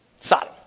Sodom